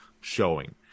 showing